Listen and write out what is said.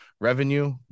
revenue